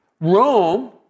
Rome